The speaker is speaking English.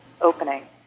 opening